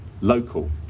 local